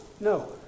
No